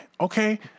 okay